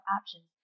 options